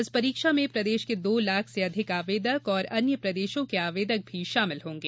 इस परीक्षा में प्रदेश के दो लाख से अधिक आवेदक और अन्य प्रदेशों के आवेदक भी शामिल होंगे